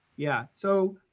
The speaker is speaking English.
yeah, so,